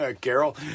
Carol